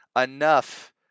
enough